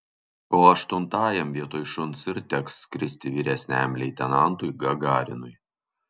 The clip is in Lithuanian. o aštuntajam vietoj šuns ir teks skristi vyresniajam leitenantui gagarinui